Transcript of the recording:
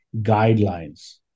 guidelines